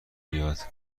بیاد